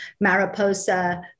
Mariposa